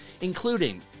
including